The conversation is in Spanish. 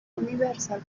universal